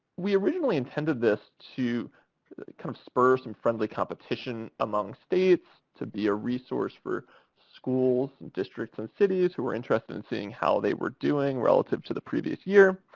we originally intended this to kind of spur some friendly competition among states, to be a resource for schools, and districts, and cities who were interested in seeing how they were doing relative to the previous year.